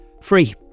free